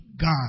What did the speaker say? God